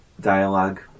dialogue